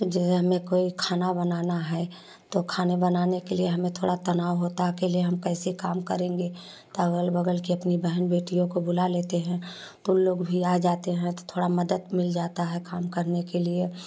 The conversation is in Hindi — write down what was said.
जैसे हमें कोई खाना बनाना है तो खाने बनाने के लिए हमें थोड़ा तनाव होता है अकेले हम कैसे काम करेंगे अगल बगल के अपनी बहन बेटियों को बुला लेते हैं तो उन लोग भी आ जाते हैं तो थोड़ा मदद मिल जाता है काम करने के लिए